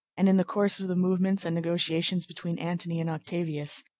and, in the course of the movements and negotiations between antony and octavius,